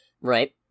Right